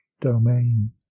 domain